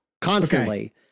Constantly